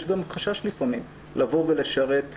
יש גם חשש לפעמים לבואו לשרת כדירקטור,